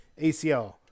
ACL